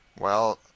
Well